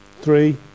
Three